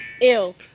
Ew